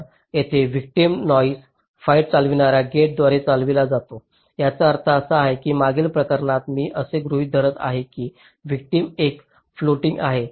तर येथे victim noise fight चालविणार्या गेटद्वारे चालविला जातो याचा अर्थ असा की मागील प्रकरणात मी असे गृहीत धरत आहे की व्हिक्टिम एक फ्लोटिंग आहे